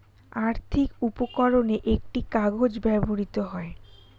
আর্থিক উপকরণে একটি কাগজ ব্যবহৃত হয়